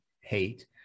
hate